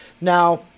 Now